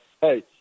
hey